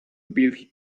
build